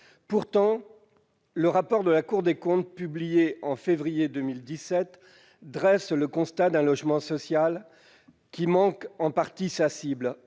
Pourtant, le rapport de la Cour des comptes publié en février 2017 dresse le constat d'un logement social qui manque en partie sa cible.